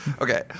Okay